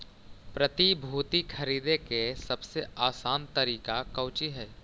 प्रतिभूति खरीदे के सबसे आसान तरीका कउची हइ